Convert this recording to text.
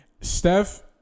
Steph